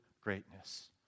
greatness